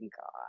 god